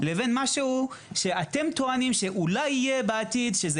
לבין משהו שאתם טוענים שאולי יהיה בעתיד שזה